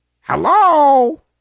Hello